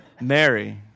Mary